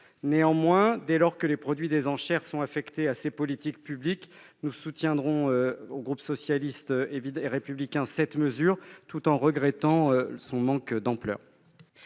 Néanmoins, dès lors que les produits des enchères sont affectés à cette politique publique, les membres du groupe socialiste et républicain soutiendront une telle mesure, tout en regrettant son manque d'ampleur.